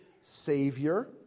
Savior